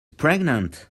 pregnant